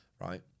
right